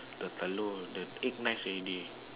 the telur the egg nice already